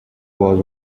was